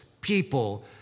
people